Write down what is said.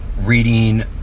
reading